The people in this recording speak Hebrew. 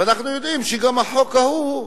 ואנחנו יודעים שגם החוק ההוא,